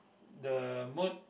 the mood